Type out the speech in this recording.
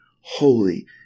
holy